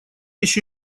еще